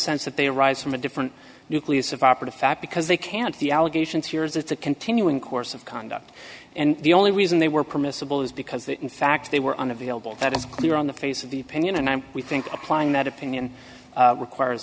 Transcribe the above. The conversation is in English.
sense that they arise from a different nucleus of operative fact because they can't the allegations here is it's a continuing course of conduct and the only reason they were permissible is because that in fact they were unavailable that is clear on the face of the opinion and i we think applying that opinion requires